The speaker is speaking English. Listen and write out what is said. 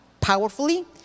powerfully